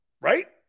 right